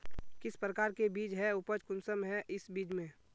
किस प्रकार के बीज है उपज कुंसम है इस बीज में?